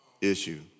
issue